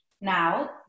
Now